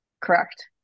correct